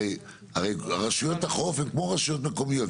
הרי רשויות החוף הן כמו רשויות מקומיות,